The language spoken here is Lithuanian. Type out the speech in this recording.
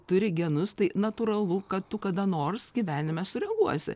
turi genus tai natūralu kad tu kada nors gyvenime sureaguosi